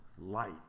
light